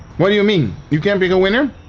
what do you mean, you can't pick a winner?